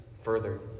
further